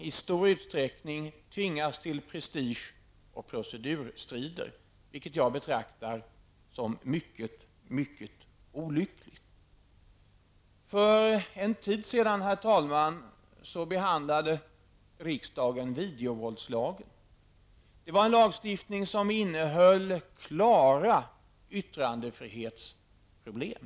I stor utsträckning skulle vi tvingas till prestige och procedurstrider, vilket jag betraktar som mycket, mycket olyckligt. Herr talman! För en tid sedan behandlade riksdagen videovåldslagen. Det var en lagstiftning som innehöll klara yttrandefrihetsproblem.